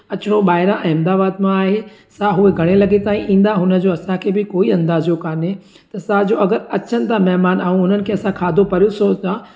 अचिणो ॿाहिरां अहमदाबाद मां आहे सां उहे घणे लॻे ताईं ईंदा हुनजो असांखे बि कोई अंदाज़ो काने त असांजो अगरि अचनि था महिमान ऐं उन्हनि खे असां खाधो परोसूं था